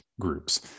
groups